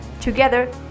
together